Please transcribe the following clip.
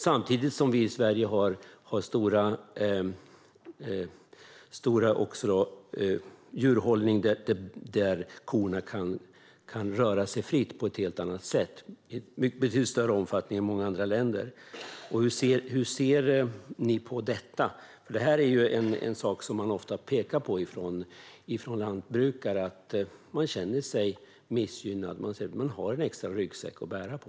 Samtidigt har vi i Sverige djurhållning där korna kan röra sig fritt på ett helt annat sätt och i betydligt större omfattning än i andra länder. Hur ser ni på det, Isak From? Detta är en sak som lantbrukare ofta pekar på. De känner sig missgynnade och säger att de har en extra ryggsäck att bära på.